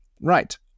Right